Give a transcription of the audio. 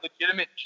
legitimate